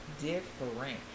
different